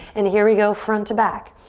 and here we go. front to back.